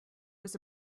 was